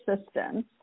assistance